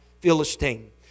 Philistine